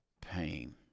pain